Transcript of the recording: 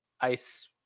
ice